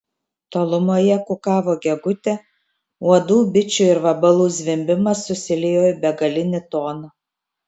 tolumoje kukavo gegutė uodų bičių ir vabalų zvimbimas susiliejo į begalinį toną